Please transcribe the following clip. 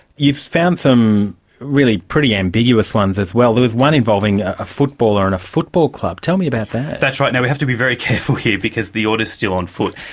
you've found some really pretty ambiguous ones as well. there was one involving a footballer and a football club. tell me about that. that's right. now, we have to be very careful here because the order is still on foot.